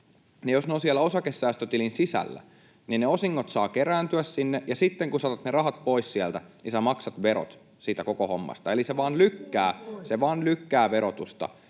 jos ne ovat siellä osakesäästötilin sisällä, ne osingot saavat kerääntyä sinne, ja sitten kun sinä otat ne rahat pois sieltä, niin sinä maksat verot siitä koko hommasta. Eli se vaan lykkää, [Jussi